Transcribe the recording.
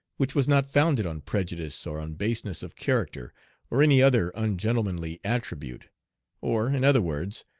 which was not founded on prejudice or on baseness of character or any other ungentlemanly attribute or, in other words,